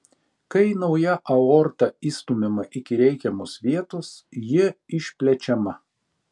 kai nauja aorta įstumiama iki reikiamos vietos ji išplečiama